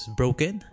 broken